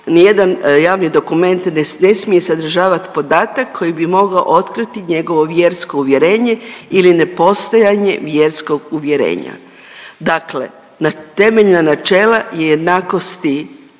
nijedan javni dokument ne smije sadržavat podatak koji bi mogao otkriti njegovo vjersko uvjerenje ili nepostojanje vjerskog uvjerenja, dakle na temeljna načela i jednakosti